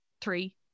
Three